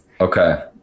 Okay